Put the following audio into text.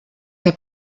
der